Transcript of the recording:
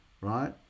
right